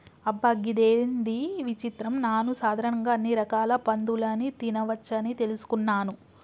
అబ్బ గిదేంది విచిత్రం నాను సాధారణంగా అన్ని రకాల పందులని తినవచ్చని తెలుసుకున్నాను